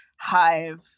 Hive